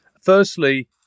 Firstly